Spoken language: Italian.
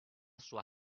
sua